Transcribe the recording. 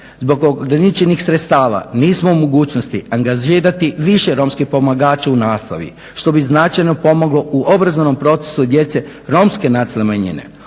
zbog ograničenih sredstava nismo u mogućnosti angažirati više romskih pomagača u nastavi što bi značajno pomoglo u obrazovnom procesu djece romske nacionalne manjine.